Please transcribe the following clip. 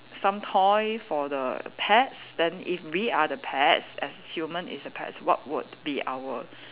some toy for the pets then if we are the pets as human is the pets what would be our